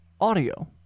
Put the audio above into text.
audio